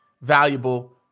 valuable